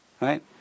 right